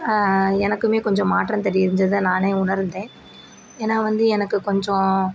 எனக்கும் கொஞ்சம் மாற்றம் தெரிஞ்சதை நானே உணர்ந்தேன் ஏனால் வந்து எனக்கு கொஞ்சம்